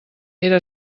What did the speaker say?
era